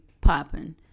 popping